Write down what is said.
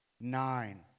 nine